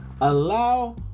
allow